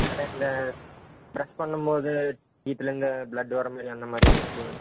வேறு இந்த பிரஷ் பண்ணும் போது டீத்லருந்து பிளட் வர மாதிரி அந்த மாதிரி ஏதாச்சும்